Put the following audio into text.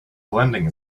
blending